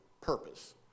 purpose